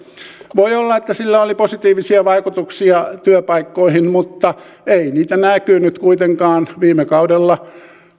voi olla että sillä oli positiivisia vaikutuksia työpaikkoihin mutta ei niitä näkynyt kuitenkaan viime kaudella